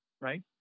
right